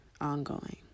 ongoing